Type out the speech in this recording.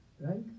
right